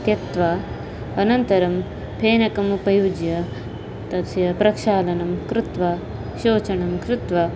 त्यक्त्वा अनन्तरं फेनकम् उपयुज्य तस्य प्रक्षालनं कृत्वा शोचनं कृत्वा